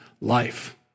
life